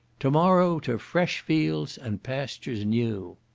tomorrow to fresh fields and pastures new.